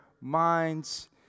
minds